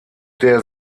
der